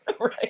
Right